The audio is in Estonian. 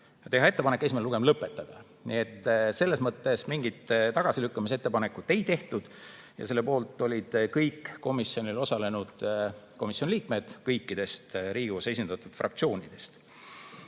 teha ettepaneku esimene lugemine lõpetada, selles mõttes mingit tagasilükkamise ettepanekut ei tehtud, ja selle poolt olid kõik komisjonis osalenud komisjoni liikmed kõikidest Riigikogus esindatud fraktsioonidest.